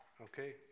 Okay